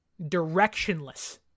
directionless